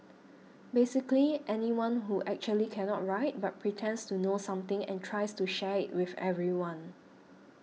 basically anyone who actually cannot write but pretends to know something and tries to share it with everyone